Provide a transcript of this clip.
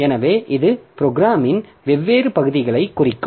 எனவே இது ப்ரோக்ராமின் வெவ்வேறு பகுதிகளைக் குறிக்கும்